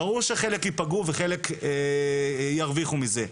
ברור שחלק ייפגעו וחלק ירוויחו מזה,